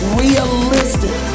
realistic